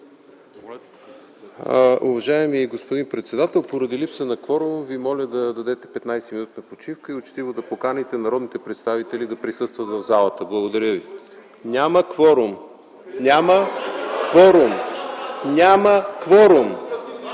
Уважаеми господин председател, поради липса на кворум Ви моля да дадете 15-минутна почивка и учтиво да поканите народните представители да присъстват в залата. Благодаря Ви. (Шум и реплики от ГЕРБ.) Няма кворум. Няма кворум!